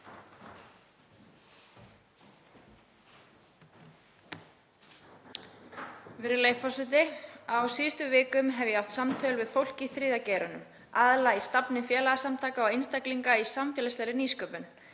Virðulegi forseti. Á síðustu vikum hef ég átt samtöl við fólk í þriðja geiranum, aðallega í stafni félagasamtaka og einstaklinga í samfélagslegri nýsköpun.